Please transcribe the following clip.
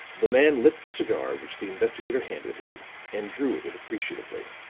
the man lit the cigar which the investigator handed him and drew at it appreciatively.